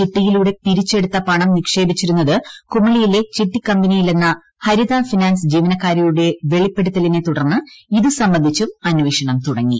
ചിട്ടിയിലൂടെ പിരിച്ചെടുത്ത പണം നിക്ഷേപിച്ചിരുന്നത് കുമളിയിലെ ചിട്ടിക്കമ്പനിയിലെന്ന ഹരീത് ഫിനാൻസ് ജീവനക്കാരിയുടെ വെളിപ്പെടുത്തലിനെ തുടർന്ന് ഇതു സംബന്ധിച്ചും അന്വേഷണം തുടങ്ങി